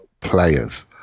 players